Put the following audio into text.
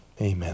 Amen